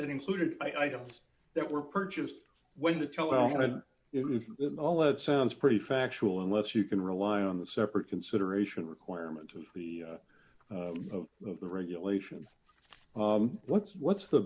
that included items that were purchased when the child had it was all that sounds pretty factual unless you can rely on the separate consideration requirement of the of the regulations what's what's the